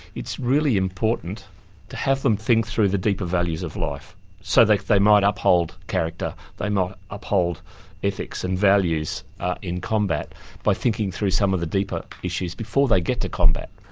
it's really important to have them think through the deeper values of life so that like they might uphold character, they might uphold ethics and values in combat by thinking through some of the deeper issues before they get to combat.